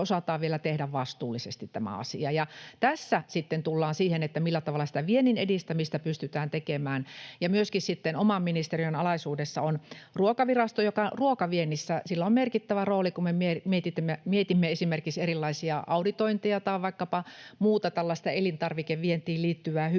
osataan vielä tehdä vastuullisesti tämä asia. Ja tässä sitten tullaan siihen, millä tavalla sitä viennin edistämistä pystytään tekemään. Ja sitten oman ministeriöni alaisuudessa on myöskin Ruokavirasto, jolla on ruokaviennissä merkittävä rooli. Kun me mietimme esimerkiksi erilaisia auditointeja tai vaikkapa muuta tällaista elintarvikevientiin liittyvää hygieniaa